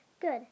good